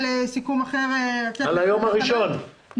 יש פה רשימת גופים,